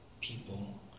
people